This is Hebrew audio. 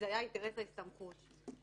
באינטרס ההסתמכות.